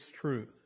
truth